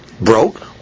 broke